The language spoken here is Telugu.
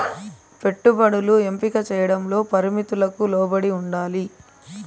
పెట్టుబడులు ఎంపిక చేయడంలో పరిమితులకు లోబడి ఉండాలి